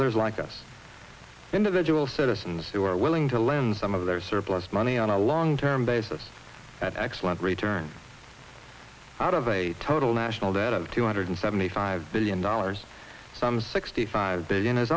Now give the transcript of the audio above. others like us individual citizens who are willing to lend some of their surplus money on a long term basis that excellent returns out of a total national debt of two hundred seventy five billion dollars some sixty five billion is